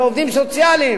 של עובדים סוציאליים,